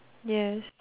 yes